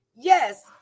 Yes